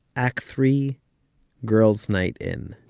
act three girls' night in